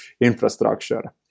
infrastructure